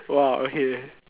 !wah! okay